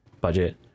budget